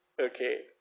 Okay